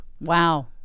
Wow